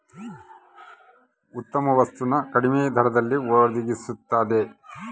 ಉತ್ತಮ ವಸ್ತು ನ ಕಡಿಮೆ ದರದಲ್ಲಿ ಒಡಗಿಸ್ತಾದ